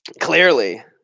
Clearly